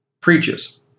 preaches